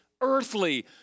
earthly